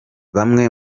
bamwe